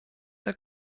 der